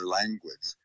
language